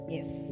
Yes